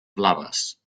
blaves